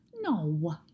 No